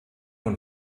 und